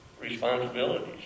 responsibilities